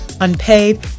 unpaid